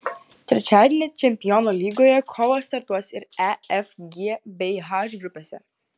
trečiadienį čempionų lygoje kovos startuos ir e f g bei h grupėse